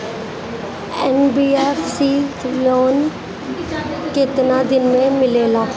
NBFC loan केतना दिन मे मिलेला?